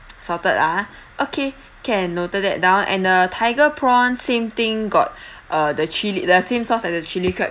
salted ah okay can noted that down and the tiger prawns same thing got uh the chili the same sauce like the chili crab